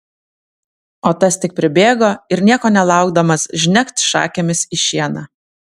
o tas tik pribėgo ir nieko nelaukdamas žnekt šakėmis į šieną